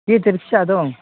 गेदेर फिसा दं